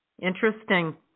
Interesting